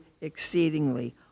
exceedingly